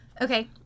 Okay